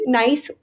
nice